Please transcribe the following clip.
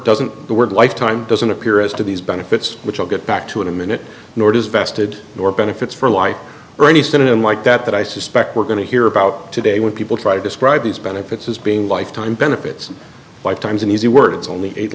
doesn't the word lifetime doesn't appear as to these benefits which i'll get back to in a minute nor does vested nor benefits for life or any sudden like that that i suspect we're going to hear about today when people try to describe these benefits as being lifetime benefits by times and using words only eight